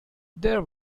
there